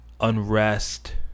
unrest